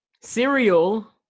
Cereal